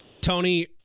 Tony